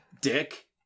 Dick